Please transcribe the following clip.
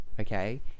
Okay